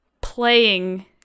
playing